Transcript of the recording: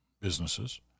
businesses